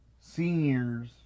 Seniors